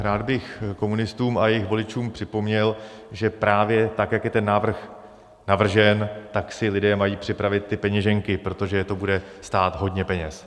Rád bych komunistům a jejich voličům připomněl, že právě tak, jak je ten návrh navržen, tak si lidé mají připravit ty peněženky, protože je to bude stát hodně peněz.